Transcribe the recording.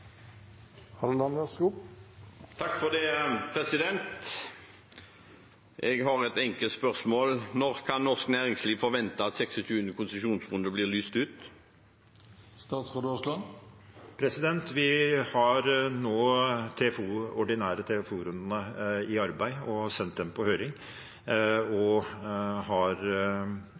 har et enkelt spørsmål. Når kan norsk næringsliv forvente at 26. konsesjonsrunde blir lyst ut? Vi har nå de ordinære TFO-rundene i arbeid. Vi har sendt dem på høring og har